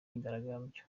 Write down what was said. myigaragambyo